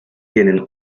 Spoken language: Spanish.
tienen